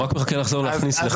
הוא רק מחכה שתחזור ולהכניס לך.